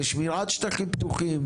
לשמירת שטחים פתוחים,